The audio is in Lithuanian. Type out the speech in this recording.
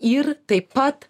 ir taip pat